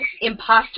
imposter